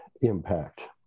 impact